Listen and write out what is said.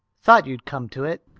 thought you'd come to it,